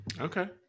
Okay